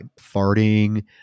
farting